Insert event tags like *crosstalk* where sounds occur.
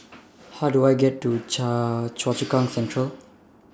*noise* How Do I get to Choa Choa Chu Kang Central